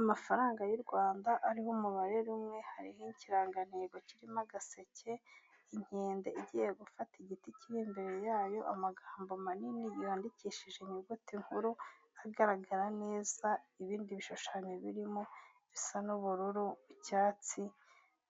Amafaranga y'u Rwanda ariho umubare umwe, hariho ikirangantego kirimo agaseke, inkende igiye gufata igiti kiri imbere yayo, amagambo manini yandikishije inyuguti nkuru agaragara neza, ibindi bishushanyo birimo bisa n'ubururu, icyatsi